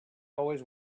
always